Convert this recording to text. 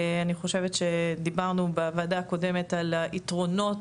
ואני חושבת שדיברנו בוועדה הקודמת על היתרונות,